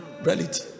reality